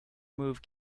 move